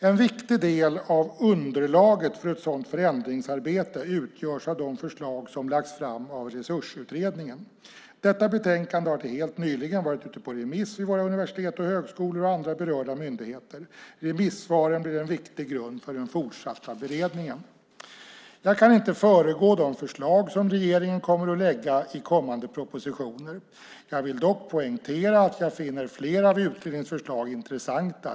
En viktig del av underlaget för ett sådant förändringsarbete utgörs av de förslag som lagts fram av Resursutredningen. Detta betänkande har till helt nyligen varit ute på remiss vid våra universitet och högskolor och andra berörda myndigheter. Remissvaren blir en viktig grund för den fortsatta beredningen. Jag kan inte föregå de förslag som regeringen kommer att lägga fram i kommande propositioner. Jag vill dock poängtera att jag finner flera av utredningens förslag intressanta.